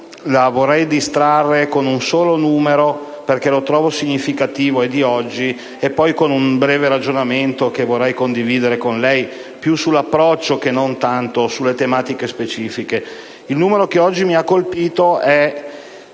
la vorrei distrarre con un solo numero, diffuso oggi, che trovo significativo, e con un breve ragionamento che vorrei condividere con lei, più sull'approccio che non sulle tematiche specifiche. Il numero che oggi mi ha colpito è